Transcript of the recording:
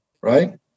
Right